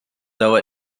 though